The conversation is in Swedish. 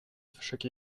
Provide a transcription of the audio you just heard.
försöker